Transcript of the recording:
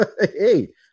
Hey